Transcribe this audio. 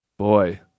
boy